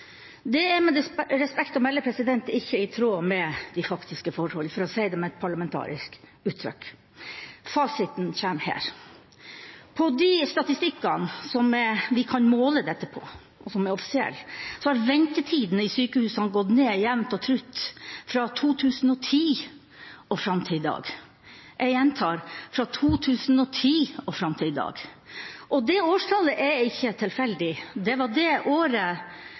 Det er med respekt å melde ikke i tråd med de faktiske forhold, for å si det med et parlamentarisk uttrykk. Fasiten kommer her: I de statistikkene som vi kan måle dette på, og som er offisielle, har ventetidene i sykehusene gått ned jevnt og trutt fra 2010 og fram til i dag. Jeg gjentar: fra 2010 og fram til i dag. Og det årstallet er ikke tilfeldig, det var det året